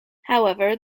however